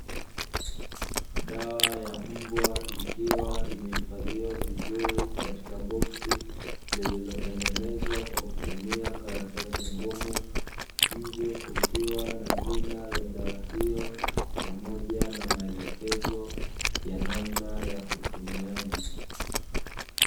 Dawa ya mbwa ikiwa imehifadhiwa vizuri katika boksi lililotengenezwa kwa kutumia karatasi ngumu, nje kukiwa na jina la dawa hiyo pamoja na maelekezo ya namna ya utumiaji.